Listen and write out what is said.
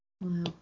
wow